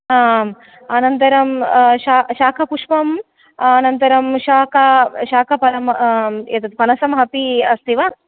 आम् अनन्तरं शाकापुष्पम् अनन्तरं शाखा शाखाफलं एतत् पनसम् अपि अस्ति वा